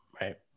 Right